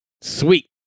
sweet